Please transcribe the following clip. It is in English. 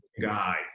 guy